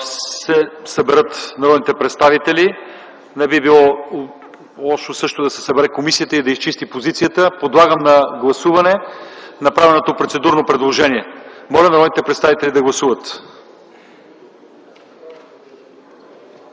се съберат народните представители. Не би било лошо да се събере и комисията, за да изчисти позицията. Подлагам на гласуване направеното процедурно предложение. Гласували 76 народни представители: за